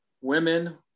women